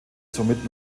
somit